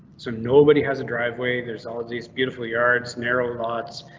so nobody has a driveway. there's all these beautiful yards. narrow lots.